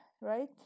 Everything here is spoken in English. right